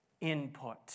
input